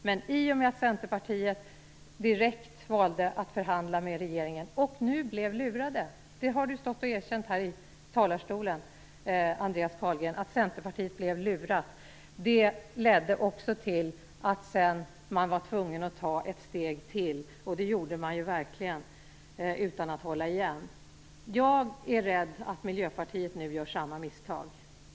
Men i och med att Centerpartiet direkt valde att förhandla med regeringen och blev lurade, det har Andreas Carlgren erkänt här i talarstolen, ledde också till att man sedan var tvungen att ta ett steg till, och det gjorde man verkligen utan att hålla igen. Jag är rädd att Miljöpartiet nu gör samma misstag.